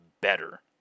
better